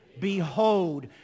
Behold